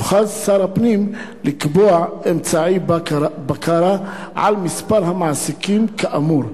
יוכל שר הפנים לקבוע אמצעי בקרה על מספר המעסיקים כאמור.